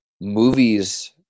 movies –